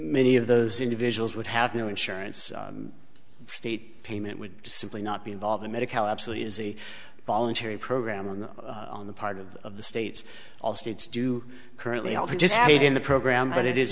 mini of those individuals would have no insurance state payment would simply not be involved in medicare absolutely is a voluntary program on the on the part of the of the states all states do currently all just have it in the program but it is